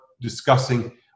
discussing